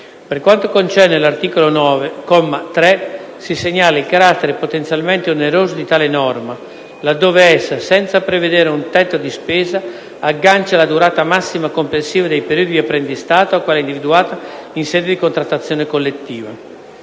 per quanto concerne l’articolo 9, comma 3, si segnala il carattere potenzialmente oneroso di tale norma, laddove essa, senza prevedere un tetto di spesa, aggancia la durata massima complessiva dei periodi di apprendistato a quella individuata in sede di contrattazione collettiva;